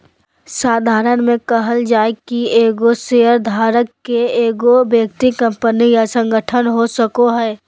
साधारण में कहल जाय कि एगो शेयरधारक के एगो व्यक्ति कंपनी या संगठन हो सको हइ